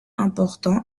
importants